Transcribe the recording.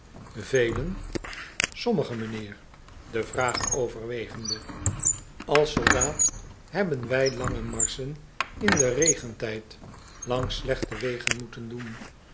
velen sommigen m'nheer de vraag overwegende als soldaat hebben wij lange marsenen in den regentijd langs slechte wegen moeten doen